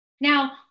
Now